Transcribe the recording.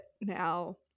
now